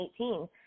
2018